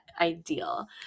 ideal